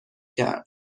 کرد